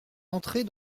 entrer